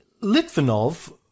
Litvinov